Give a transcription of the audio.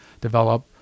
develop